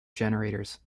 generators